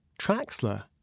Traxler